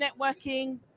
Networking